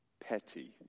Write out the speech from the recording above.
petty